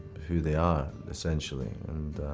who they are, essentially. and,